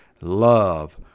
love